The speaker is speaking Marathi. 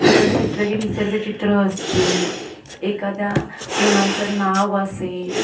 मग तसेच वेगळे निसर्गचित्र असतील एखाद्या मुलांचं नाव असेल